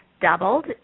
doubled